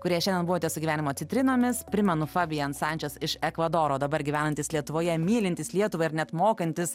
kurie šiandien buvote su gyvenimo citrinomis primenu fabian sančes iš ekvadoro dabar gyvenantis lietuvoje mylintys lietuvą ir net mokantis